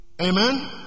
Amen